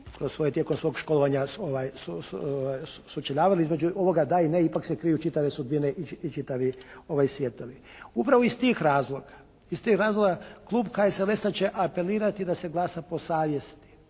kroz tijekom svog školovanja sučeljavali. Između ovoga da i ne ipak se kriju čitave sudbine i čitavi svjetovi. Upravo iz tih razloga klub HSLS-a će apelirati da se glasa po savjesti,